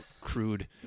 crude